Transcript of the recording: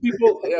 people